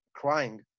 crying